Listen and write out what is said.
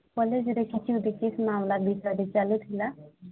କଲେଜରେ କିଛି ରିସିଦ୍ ମାମଲା ବିଚାର ଚାଲୁ ଥିଲା